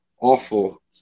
awful